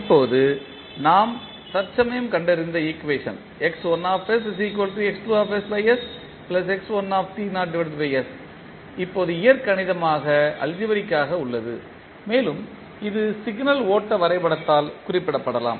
இப்போது நாம் தற்சமயம் கண்டறிந்த ஈக்குவேஷன் இப்போது இயற்கணிதமாக உள்ளது மேலும் இது சிக்னல் ஓட்ட வரைபடத்தால் குறிப்பிடப்படலாம்